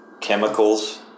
chemicals